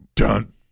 Done